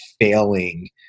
failing